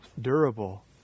Durable